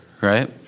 right